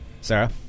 Sarah